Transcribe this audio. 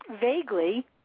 vaguely